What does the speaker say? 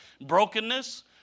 brokenness